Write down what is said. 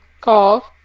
Call